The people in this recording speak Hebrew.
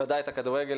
ודאי את הכדורגל,